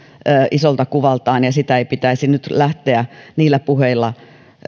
isolta kuvaltaan ja sitä ei pitäisi nyt lähteä niillä puheilla